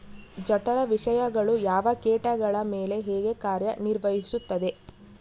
ಜಠರ ವಿಷಯಗಳು ಯಾವ ಕೇಟಗಳ ಮೇಲೆ ಹೇಗೆ ಕಾರ್ಯ ನಿರ್ವಹಿಸುತ್ತದೆ?